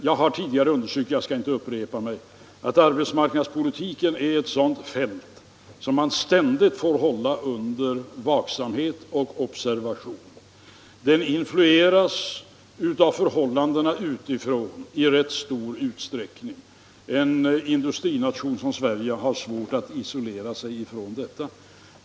Jag har tidigare understrukit — jag skall inte upprepa mig — att arbetsmarknadspolitiken är ett sådant fält som man ständigt får hålla under vaksamhet och observation. Den influeras av förhållandena utifrån i rätt stor utsträckning. En industrination som Sverige har svårt att isolera sig från detta.